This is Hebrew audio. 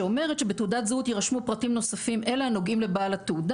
שאומרת שבתעודת הזהות יירשמו פרטים נוספים אלה הנוגעים לבעל התעודה,